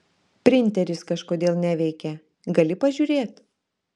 printeris kažkodėl neveikia gali pažiūrėt